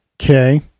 Okay